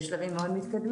צריך לומר את האמת.